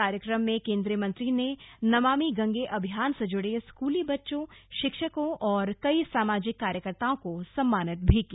कार्यक्रम में केन्द्रीय मंत्री ने नमामि गंगे अभियान से जुड़े स्कूली बच्चों शिक्षकों और कई सामाजिक कार्यकर्ताओं को सम्मानित भी किया